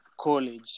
college